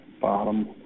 bottom